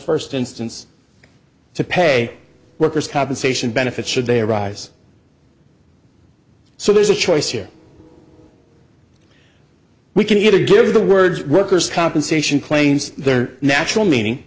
first instance to pay workers compensation benefits should they arise so there's a choice here we can either give the word workers compensation claims their natural meaning